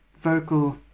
vocal